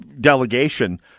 delegation